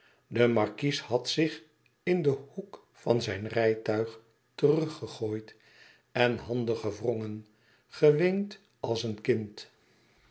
de markies had zich in den hoek van zijn rijtuig teruggegooid en handen gewrongen geweend als een kind